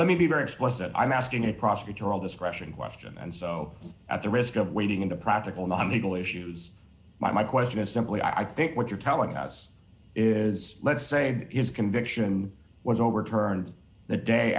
let me be very explicit i'm asking a prosecutorial discretion question and so at the risk of wading into practical non evil issues my question is simply i think what you're telling us is let's say his conviction was overturned the day